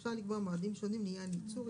ואפשר לקבוע מועדים שונים לעניין ייצור,